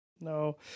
no